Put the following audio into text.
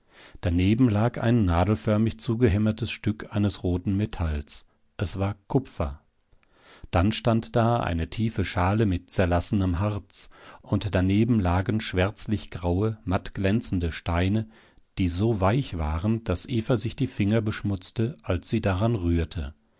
daneben lag ein nadelförmig zugehämmertes stück eines roten metalls es war kupfer dann stand da eine tiefe schale mit zerlassenem harz und daneben lagen schwärzlichgraue mattglänzende steine die so weich waren daß eva sich die finger beschmutzte als sie daran rührte